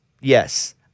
yes